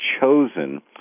chosen